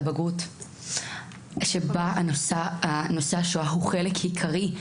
בחינת הבגרות בה נושא השואה הוא חלק עיקרי,